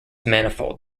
manifold